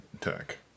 tech